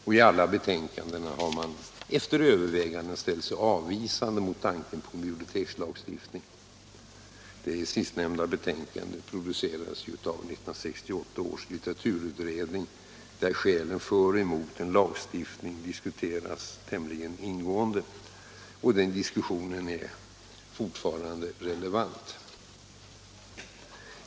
I alla dessa betänkanden har man efter överväganden stälit sig avvisande mot tanken på en bibliotekslagstiftning. Det sistnämnda betänkandet producerades av 1968 års litteraturutredning, där skälen för och emot en lagstiftning diskuterades tämligen ingående. Den diskussionen är fortfarande relevant.